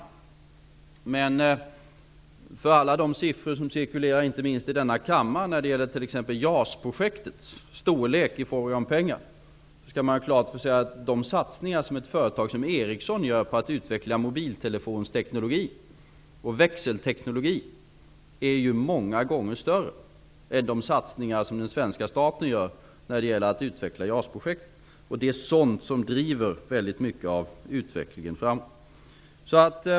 Vi har t.ex. i fråga om pengar alla de siffror som cirkulerar inte minst i denna kammare när det gäller JAS-projektets storlek. Men man skall ha klart för sig att de satsningar som ett företag som Ericsson gör för att utveckla teknologi för mobiltelefoner och växelteknologi är ju många gånger större än de satsningar som den svenska staten gör för att utveckla JAS-projektet. Det är sådant som driver mycket av utvecklingen framåt.